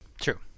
True